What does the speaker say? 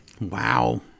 Wow